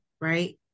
right